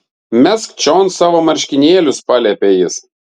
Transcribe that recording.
mesk čion savo marškinėlius paliepė jis